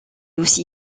aussi